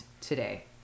today